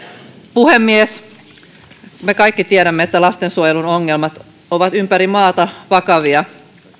puhemies me kaikki tiedämme että lastensuojelun ongelmat ovat ympäri maata vakavia